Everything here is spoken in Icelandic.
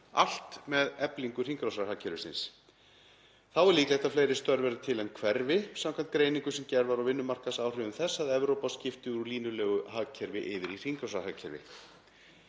allt með eflingu hringrásarhagkerfisins. Þá er líklegt að fleiri störf verði til en hverfi samkvæmt greiningu sem gerð var á vinnumarkaðsáhrifum þess að Evrópa skipti úr línulegu hagkerfi yfir í hringrásarhagkerfi.